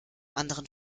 anderen